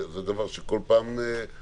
זה דבר שכל פעם משתנה.